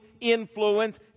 influence